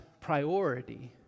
priority